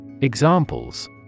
Examples